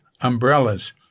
umbrellas